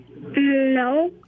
no